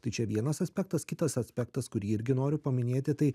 tai čia vienas aspektas kitas aspektas kurį irgi noriu paminėti tai